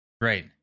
Right